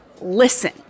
listen